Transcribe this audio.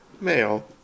male